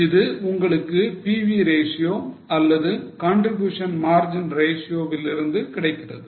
இது உங்களுக்கு PV ratio அல்லது contribution margin ratio விலிருந்து கிடைக்கிறது